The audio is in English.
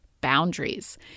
boundaries